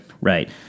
Right